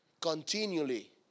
continually